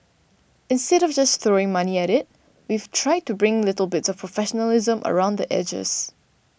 instead of just throwing money at it we've tried to bring little bits of professionalism around the edges